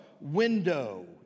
window